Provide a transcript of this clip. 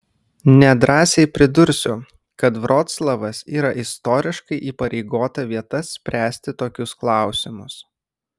nedrąsiai pridursiu kad vroclavas yra istoriškai įpareigota vieta spręsti tokius klausimus